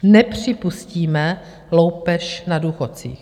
Nepřipustíme loupež na důchodcích.